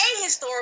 ahistorical